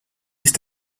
sich